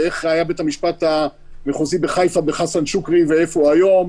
ואיך היה בית המשפט המחוזי בחיפה בחסן שוקרי ואיפה הוא היום.